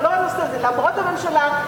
למרות הממשלה,